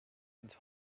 ins